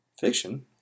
Fiction